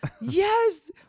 Yes